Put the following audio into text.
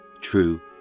true